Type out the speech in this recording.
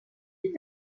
est